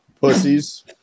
Pussies